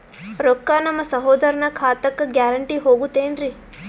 ರೊಕ್ಕ ನಮ್ಮಸಹೋದರನ ಖಾತಕ್ಕ ಗ್ಯಾರಂಟಿ ಹೊಗುತೇನ್ರಿ?